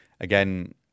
again